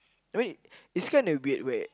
I mean it's kinda weird where